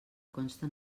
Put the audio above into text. consta